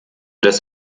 das